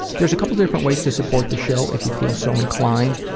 there's a couple different ways to support the show, if you feel so inclined.